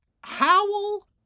Howl